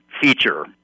feature